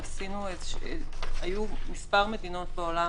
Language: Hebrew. היו מספר מדינות בעולם.